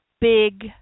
big